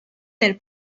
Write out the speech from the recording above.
del